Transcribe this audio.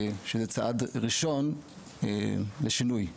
שהציגה צעד ראשון לשינוי.